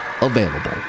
available